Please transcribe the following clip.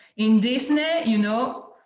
in disney, you know,